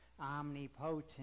omnipotent